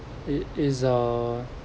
it is a